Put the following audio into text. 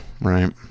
right